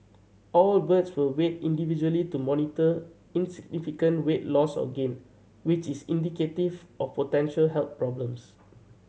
all birds were weighed individually to monitor insignificant weight loss or gain which is indicative of potential health problems